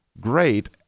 great